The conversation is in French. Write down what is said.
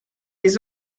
les